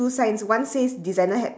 two signs one says designer hat